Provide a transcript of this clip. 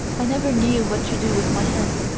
i never knew what to do with my hands,